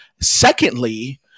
Secondly